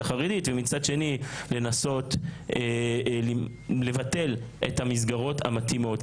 החרדית ומצד שני לנסות לבטל את המסגרות המתאימות.